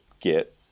get